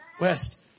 West